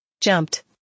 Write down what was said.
jumped